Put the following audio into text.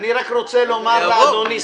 זה יעבור.